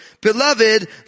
Beloved